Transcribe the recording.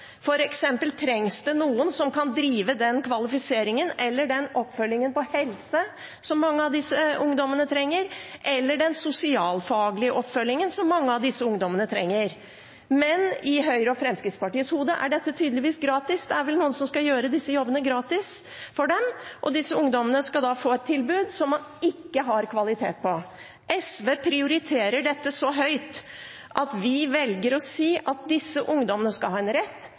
eksempel trengs det arbeidsledelse. For eksempel trengs det noen som kan drive den kvalifiseringen, den oppfølgingen på helse eller den sosialfaglige oppfølgingen som mange av disse ungdommene trenger. Men i Høyre og Fremskrittspartiets hode er dette tydeligvis gratis, det er vel noen som skal gjøre disse jobbene gratis for dem, og disse ungdommene skal da få et tilbud som det ikke er kvalitet i. SV prioriterer dette så høyt at vi velger å si at disse ungdommene skal ha en rett.